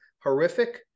horrific